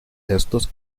estos